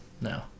no